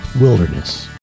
Wilderness